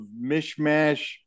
mishmash